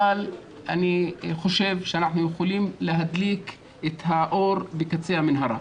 אבל אני חושב שאנחנו יכולים להדליק את האור בקצה המנהרה.